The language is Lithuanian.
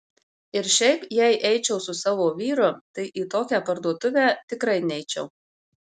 ir šiaip jei eičiau su savo vyru tai į tokią parduotuvę tikrai neičiau